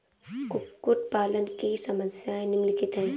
कुक्कुट पालन की समस्याएँ निम्नलिखित हैं